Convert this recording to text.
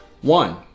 one